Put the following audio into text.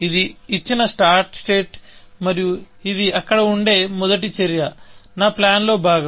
ఇది ఇచ్చిన start state మరియు ఇది అక్కడ ఉండే మొదటి చర్య నా ప్లాన్ లో భాగం